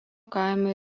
kaimo